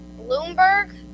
Bloomberg